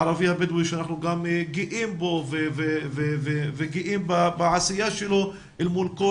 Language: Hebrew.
הערבי-הבדואי שאנחנו גם גאים בו וגאים בעשייה שלו אל מול כל